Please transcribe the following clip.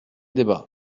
débats